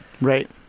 Right